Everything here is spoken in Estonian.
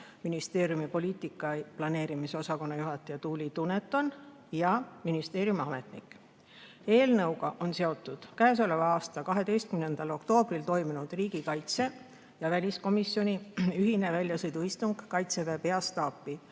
ministeeriumi poliitika planeerimise osakonna juhataja Tuuli Duneton ja ministeeriumi ametnik. Eelnõuga on seotud k.a 12. oktoobril toimunud riigikaitse- ja väliskomisjoni ühine väljasõiduistung Kaitseväe Peastaapi,